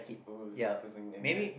oh that was the first nickname that you get